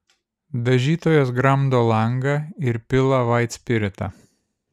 dažytojas gramdo langą ir pila vaitspiritą